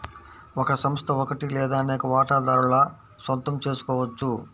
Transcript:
ఒక సంస్థ ఒకటి లేదా అనేక వాటాదారుల సొంతం చేసుకోవచ్చు